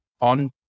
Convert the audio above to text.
on